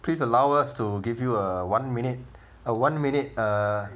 please allow us to give you uh one minute a one minute uh